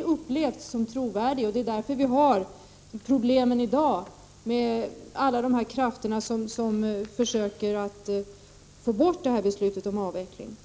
har upplevts som trovärdig. Det är därför vi har problemen i dag med alla krafter som försöker att få bort beslutet om avveckling.